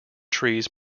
trees